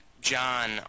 John